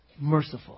merciful